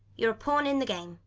you're a pawn in the game,